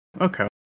Okay